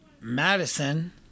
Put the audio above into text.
Madison